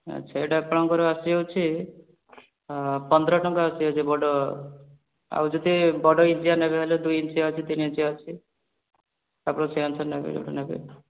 ଆଚ୍ଛା ଏଇଟା ଆପଣଙ୍କର ଆସିଯାଉଛି ପନ୍ଦର ଟଙ୍କା ଆସିଯାଉଛି ବଡ଼ ଆଉ ଯଦି ବଡ଼ ଇଞ୍ଚିଆ ନେବେ ବେଲେ ଦୁଇ ଇଞ୍ଚିଆ ଅଛି ତିନି ଇଞ୍ଚିଆ ଅଛି ଆପଣ ସେଇ ଅନୁସାରେ ନେବେ ଯଦି ନେବେ